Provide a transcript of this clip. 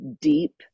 deep